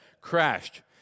crashed